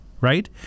right